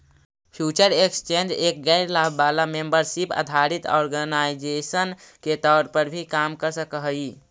future exchange एक गैर लाभ वाला मेंबरशिप आधारित ऑर्गेनाइजेशन के तौर पर भी काम कर सकऽ हइ